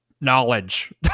knowledge